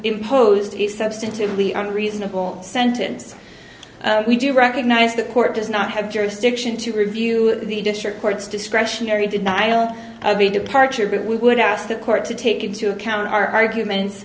imposed substantively on reasonable sentence we do recognize the court does not have jurisdiction to review the district court's discretionary denial of a departure but we would ask the court to take into account our arguments